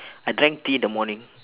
I drank tea in the morning